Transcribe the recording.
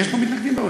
יש פה מתנגדים באולם.